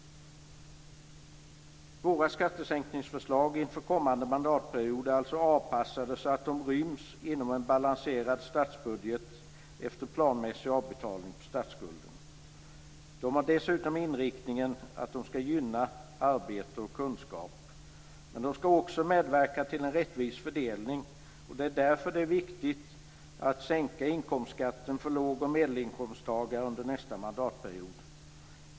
Våra skattesänkningsförslag inför kommande mandatperiod är alltså avpassade så att de ryms inom en balanserad statsbudget efter planmässig avbetalning på statsskulden. De har dessutom inriktningen att de skall gynna arbete och kunskap. Men de skall också medverka till en rättvis fördelning. Det är därför det är viktigt att sänka inkomstskatten för låg och medelinkomsttagare under nästa mandatperiod.